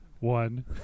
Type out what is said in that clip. One